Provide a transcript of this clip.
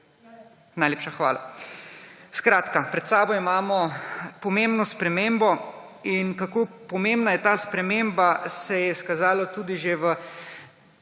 Najlepša hvala. Pred sabo imamo pomembno spremembo. Kako pomembna je ta sprememba, se je izkazalo tudi že v